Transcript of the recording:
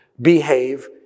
behave